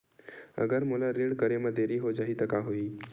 अगर मोला ऋण करे म देरी हो जाहि त का होही?